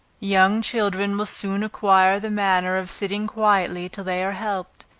young children will soon acquire the manner of sitting quietly till they are helped,